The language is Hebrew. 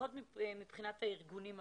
לפחות מבחינת הארגונים הבינלאומיים.